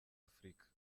afurika